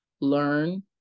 learn